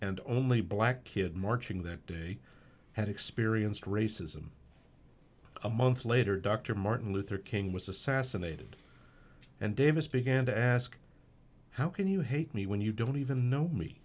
and only black kid marching that day had experienced racism a month later dr martin luther king was assassinated and davis began to ask how can you hate me when you don't even know me